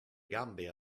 gambe